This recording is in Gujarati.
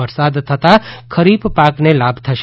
વરસાદ થતાં ખરીફ પાકને લાભ થશે